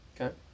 Okay